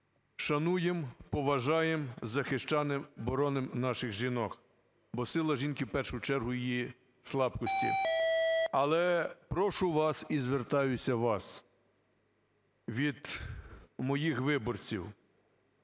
Шануємо, поважаємо, захищаємо, боронимо наших жінок, бо сила жінки в першу чергу в її слабкості. Але прошу вас, і звертаюся до вас, від моїх виборців